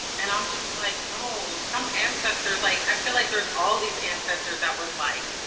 and i'm just like yo, some ancestors, like i feel like there's all these ancestors that was like,